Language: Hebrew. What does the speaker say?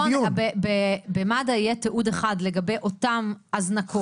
נכון, במד"א יהיה תיעוד אחד לגבי אותן הזנקות.